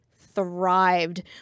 thrived